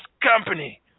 company